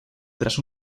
tras